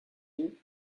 you